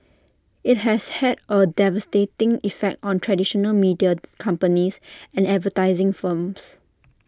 IT has had A devastating effect on traditional media companies and advertising firms